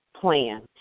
plan